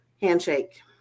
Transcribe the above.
handshake